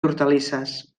hortalisses